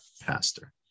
pastor